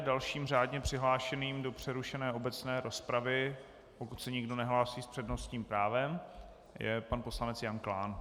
Dalším řádně přihlášeným do přerušené obecné rozpravy, pokud se nikdo nehlásí s přednostním právem, je pan poslanec Jan Klán.